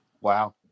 wow